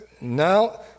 Now